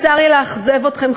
אז צר לי לאכזב אתכם,